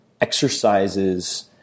exercises